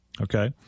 Okay